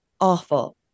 awful